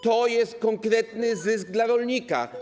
To jest konkretny zysk dla rolnika.